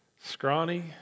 scrawny